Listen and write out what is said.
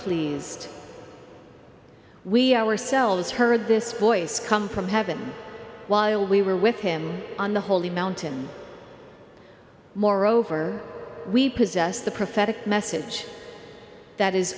pleased we ourselves heard this voice come from heaven while we were with him on the holy mountain moreover we possess the prophetic message that is